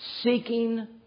seeking